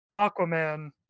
Aquaman